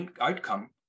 outcome